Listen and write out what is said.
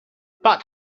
but